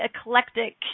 eclectic